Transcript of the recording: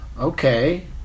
Okay